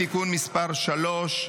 (תיקון מס' 3),